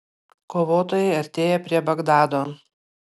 kovotojai artėja prie bagdado